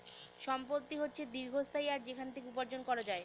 সম্পত্তি হচ্ছে দীর্ঘস্থায়ী আর সেখান থেকে উপার্জন করা যায়